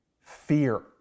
Fear